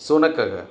शुनकः